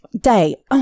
day